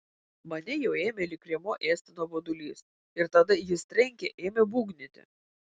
mane jau ėmė lyg rėmuo ėsti nuobodulys ir tada jis trenkė ėmė būgnyti